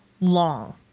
long